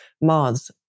moths